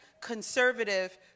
conservative